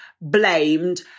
blamed